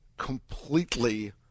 completely